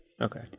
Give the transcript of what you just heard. Okay